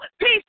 Peace